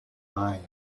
line